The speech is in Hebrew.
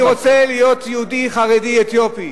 אני רוצה להיות יהודי חרדי אתיופי,